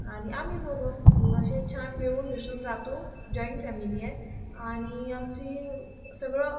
आणि आम्ही दोघं असे छान मिळून मिसळून राहतो जॉईंट फॅमिली आहे आणि आमची सगळं